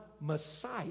Messiah